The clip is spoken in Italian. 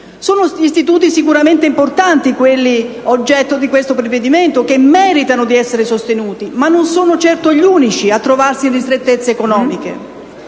Sono istituti sicuramente importanti quelli oggetto di questo provvedimento, che meritano di essere sostenuti, ma non sono certo gli unici a trovarsi in ristrettezze economiche.